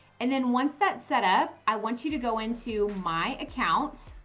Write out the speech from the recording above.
and then once that setup, i want you to go into my account.